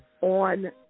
on